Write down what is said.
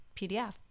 PDF